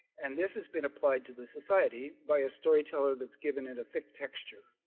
and this has been applied to the society by a storyteller that's given it a texture.